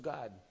God